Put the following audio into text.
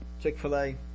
Chick-fil-A